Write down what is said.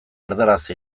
erdaraz